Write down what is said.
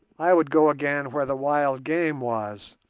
i would go again where the wild game was,